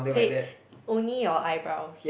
wait only your eyebrows